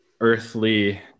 earthly